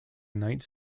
night